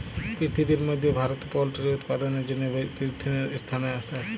পিরথিবির ম্যধে ভারত পোলটিরি উৎপাদনের জ্যনহে তীরতীয় ইসথানে আসে